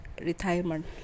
retirement